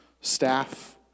staff